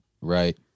Right